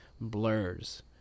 blurs